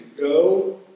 go